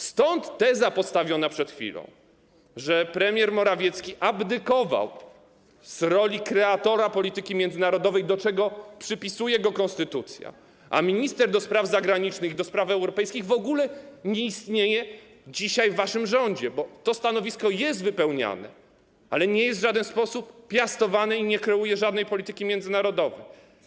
Stąd teza postawiona przed chwilą, że premier Morawiecki abdykował z roli kreatora polityki międzynarodowej, do czego przypisuje go konstytucja, a minister do spraw zagranicznych i do spraw europejskich w ogóle nie istnieje dzisiaj w waszym rządzie, bo to stanowisko jest wypełniane, ale nie jest w żaden sposób piastowane i nie kreuje żadnej polityki międzynarodowej.